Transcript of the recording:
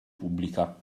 pubblica